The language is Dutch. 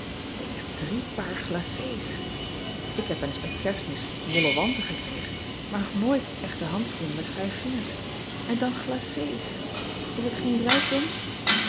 k heb drie paar glacés k heb wel eens met erstmis wollen wanten gekregen maar nog nooit echte handschoenen met vijf vingers n dan glacés s het geen rijkdom